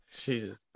Jesus